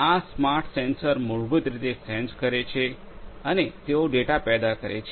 આ smart sensors મૂળભૂત રીતે સેન્સ કરે છે અને તેઓ ડેટા પેદા કરે છે